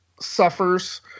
suffers